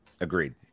agreed